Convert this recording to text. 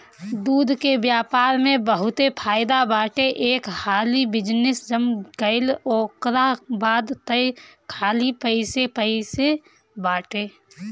दूध के व्यापार में बहुते फायदा बाटे एक हाली बिजनेस जम गईल ओकरा बाद तअ खाली पइसे पइसे बाटे